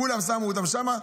כולם שמו אותם שם.